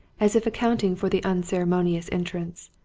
as if accounting for the unceremonious entrance.